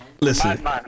Listen